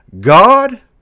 God